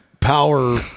power